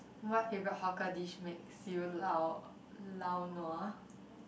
what if a hawker dish makes you lao lao-nua